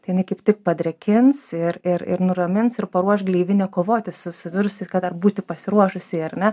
tai jinai kaip tik padrėkins ir ir ir nuramins ir paruoš gleivinę kovoti su su virusais kad dar būti pasiruošusiai ar ne